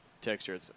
texture